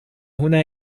هنا